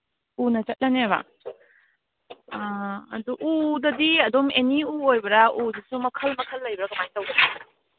ꯎꯅ ꯆꯠꯂꯅꯦꯕ ꯑꯗꯨ ꯎꯗꯗꯤ ꯑꯗꯨꯝ ꯑꯦꯅꯤ ꯎ ꯑꯣꯏꯕ꯭ꯔꯥ ꯎꯗꯁꯨ ꯃꯈꯜ ꯃꯈꯜ ꯂꯩꯕ꯭ꯔꯥ ꯀꯃꯥꯏꯅ ꯇꯧꯒꯦ